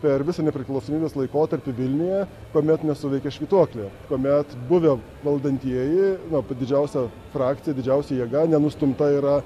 per visą nepriklausomybės laikotarpį vilniuje kuomet nesuveikė švytuoklė kuomet buvę valdantieji na ta didžiausia frakcija didžiausia jėga nenustumta yra